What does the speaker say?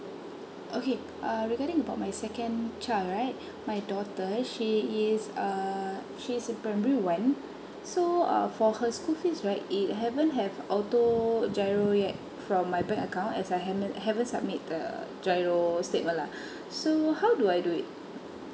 okay uh regarding about my second child right my daughter she is err she's in primary one so uh for her school fees right it haven't have auto GIRO yet from my bank account as I haven't submit the GIRO statement lah so how do I do it